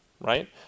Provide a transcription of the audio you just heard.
right